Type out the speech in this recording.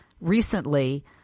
recently